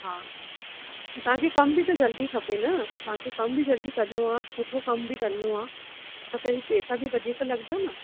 हा त तव्हांखे कम बि त जल्दी खपे न असांखे कम बि जल्दी करिणो आहे सुठो कम बि करिणो आहे त पेसा बि वधीक लॻंदा न